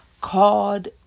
called